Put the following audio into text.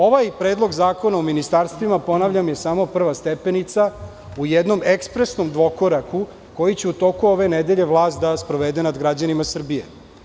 Ovaj predlog zakona o ministarstvima, ponavljam, je samo prva stepenica u jednom ekspresnom dvokoraku koji će u toku ove nedelje vlast da sprovede nad građanima Srbije.